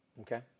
okay